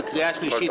בקריאה שלישית,